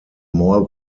more